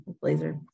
blazer